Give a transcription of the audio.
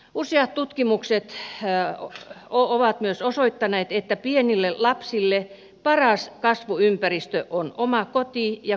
useat tutkimukset ovat myös osoittaneet että pienille lapsille paras kasvuympäristö on oma koti ja kodinomainen ympäristö